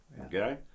Okay